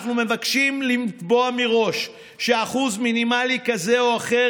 אנחנו מבקשים לקבוע מראש שאחוז מינימלי כזה או אחר